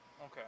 Okay